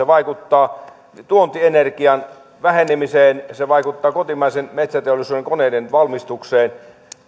vaikuttaa tuontienergian vähenemiseen ja se vaikuttaa kotimaisen metsäteollisuuden koneiden valmistukseen